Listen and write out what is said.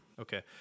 Okay